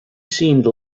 seemed